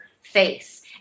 face